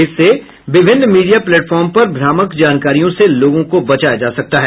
इससे विभिन्न media platform पर भ्रामक जानकारियों से लोगों को बचाया जा सकता है